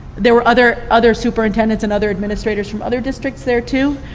there were other other superintendents and other administrators from other districts there too,